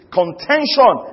contention